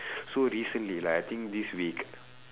so recently like I think this week